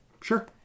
Sure